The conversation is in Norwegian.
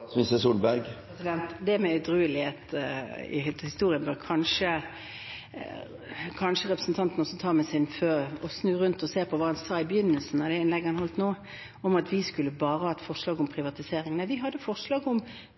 Når det gjelder edruelighet i historien, bør kanskje representanten snu seg rundt og se på hva han sa i begynnelsen av det innlegget han holdt nå, at vi bare kom med forslag om privatisering. Nei, vi hadde forslag